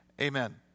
amen